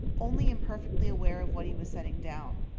only imperfectly aware of what he was setting down.